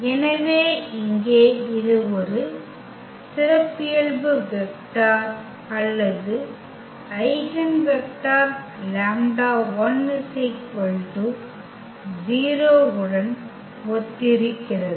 எனவே இங்கே இது ஒரு சிறப்பியல்பு வெக்டர் அல்லது ஐகென் வெக்டர் λ1 0 உடன் ஒத்திருக்கிறது